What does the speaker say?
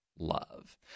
love